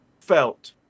felt